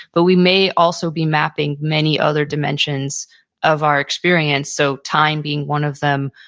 but we may also be mapping many other dimensions of our experience. so time being one of them,